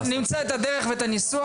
נמצא את הדרך ואת הניסוח.